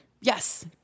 Yes